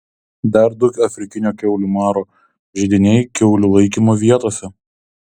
dar du afrikinio kiaulių maro židiniai kiaulių laikymo vietose